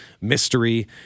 mystery